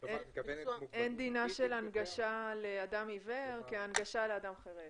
אין דינה של הנגשה לאדם עיוור כהנגשה לאדם חירש.